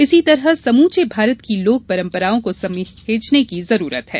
इसी तरह समूचे भारत की लोक परम्पराओं को सहेजने की जरूरत है